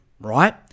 right